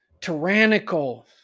tyrannical